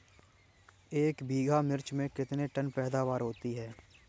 एक बीघा मिर्च में कितने टन पैदावार होती है?